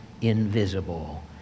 invisible